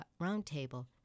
Roundtable